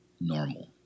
normal